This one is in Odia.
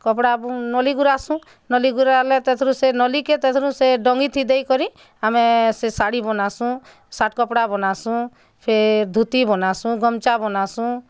କପଡ଼ା ନଲି ଘୂରାସୁଁ ନଲି ଗୁରାଲେ ତା ଥୁରୁ ସେ ନଲି କେ ତା ଥୁରୁ ସେ ଡଙ୍ଗି ଥି ଦେଇକରି ଆମେ ସେ ଶାଢ଼ି ବୁନାସୁଁ ସାର୍ଟ୍ କପଡ଼ା ବନାସୁଁ ସେ ଧୁତି ବନାସୁଁ ଗମଛା ବନାସୁଁ